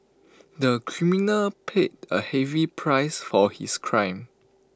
the criminal paid A heavy price for his crime